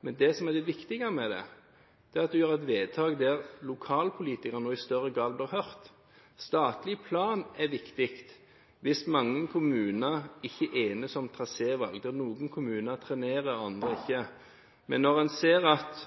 Men det som er det viktige med det, er at en gjør et vedtak der lokalpolitikerne i større grad blir hørt. Statlig plan er viktig hvis mange kommuner ikke enes om trasévalg, der noen kommuner trenerer, og andre ikke. Men når en ser at